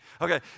Okay